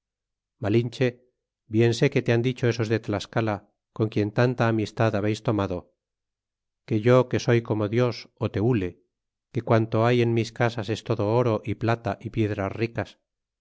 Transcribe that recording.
malinahe bien se que te han dicho esos de tlascala con quien tanta amistad habeis tomado que yo que soy como dios teule que quanto hay en mis casas es todo oro é plata y piedras ricas